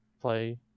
play